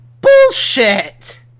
Bullshit